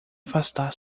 afastar